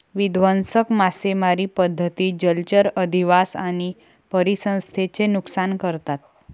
विध्वंसक मासेमारी पद्धती जलचर अधिवास आणि परिसंस्थेचे नुकसान करतात